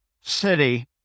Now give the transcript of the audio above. city